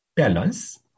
Balance